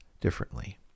differently